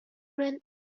ran